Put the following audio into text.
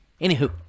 Anywho